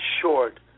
short